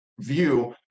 view